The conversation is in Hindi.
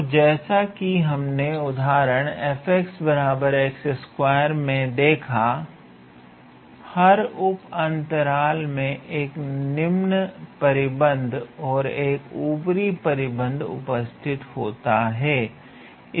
तो जैसा कि हमने उदाहरण में देखा हर उप अंतराल में एक निम्न परिबद्ध और एक ऊपरी परिबद्ध उपस्थित होता है